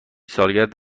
سالگرد